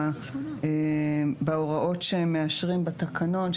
בהוראות שמאשרים בתקנון,